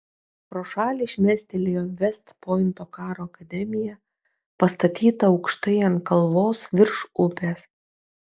pro šalį šmėstelėjo vest pointo karo akademija pastatyta aukštai ant kalvos virš upės